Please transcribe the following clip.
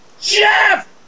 Jeff